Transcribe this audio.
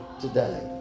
today